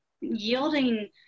yielding